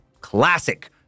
Classic